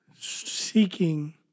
seeking